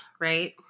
right